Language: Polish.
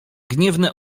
gniewne